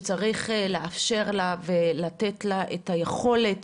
שצריך לאפשר לה, ולתת לה את היכולת